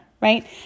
right